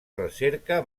recerca